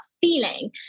feeling